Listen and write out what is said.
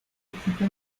equipo